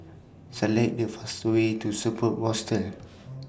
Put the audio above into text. Select The fast Way to Superb